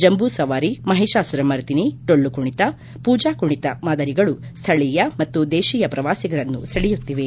ಜಂಬೂಸವಾರಿ ಮಹಿಷಾಸುರ ಮರ್ದಿನಿ ಡೊಳ್ಳುಕುಣಿತ ಪೂಜಾ ಕುಣಿತ ಮಾದರಿಗಳು ಸ್ಥಳೀಯ ಮತ್ತು ದೇಶಿಯ ಪ್ರವಾಸಿಗರನ್ನು ಸೆಳೆಯುತ್ತಿವೆ